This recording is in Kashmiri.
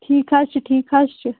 ٹھیٖک حظ چھُ ٹھیٖک حظ چھُ